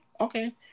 okay